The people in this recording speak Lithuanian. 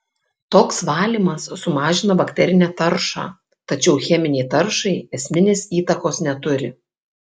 toks valymas sumažina bakterinę taršą tačiau cheminei taršai esminės įtakos neturi